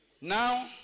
now